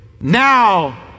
Now